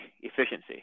efficiency